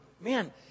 Man